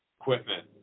equipment